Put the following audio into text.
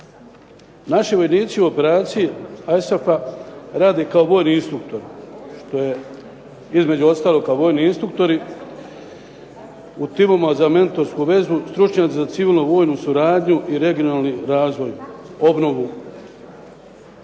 Naši vojnici u operaciji ISAF-a rade kao vojni instruktori što je između ostalog kao vojni instruktori u timovima za mentorsku vezu, stručnjaci za civilno-vojnu suradnju i regionalni razvoj, obnovu.